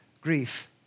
grief